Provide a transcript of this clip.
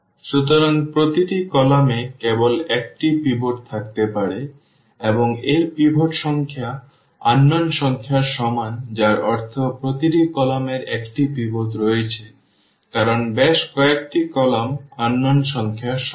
সুতরাং প্রতিটি কলাম এ কেবল একটি পিভট থাকতে পারে এবং এই পিভট সংখ্যা অজানা সংখ্যার সমান যার অর্থ প্রতিটি কলাম এর একটি পিভট রয়েছে কারণ বেশ কয়েকটি কলাম অজানা সংখ্যার সমান